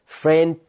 friend